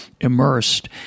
immersed